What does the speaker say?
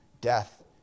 death